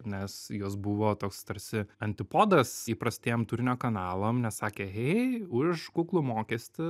nes jos buvo toks tarsi antipodas įprastiem turinio kanalam nes sakė hei už kuklų mokestį